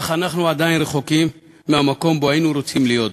אך אנחנו עדיין רחוקים מהמקום שהיינו רוצים להיות בו.